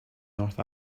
north